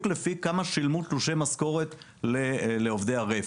לפי תלושי משכורת ששולמו לעובדי הרפת.